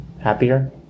happier